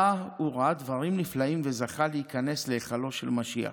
שבה הוא ראה דברים נפלאים וזכה להיכנס להיכלו של משיח.